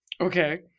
Okay